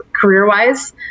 career-wise